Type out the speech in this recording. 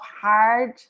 hard